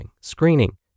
screening